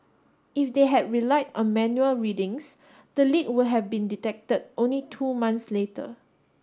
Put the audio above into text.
if they had relied on manual readings the leak would have been detected only two months later